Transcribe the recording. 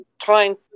trying